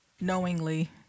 Knowingly